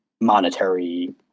monetary